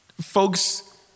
Folks